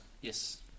Yes